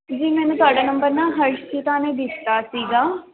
ਜੀ ਮੈਨੂੰ ਤੁਹਾਡਾ ਨੰਬਰ ਨਾ ਹਰਸ਼ਿਤਾ ਨੇ ਦਿੱਤਾ ਸੀਗਾ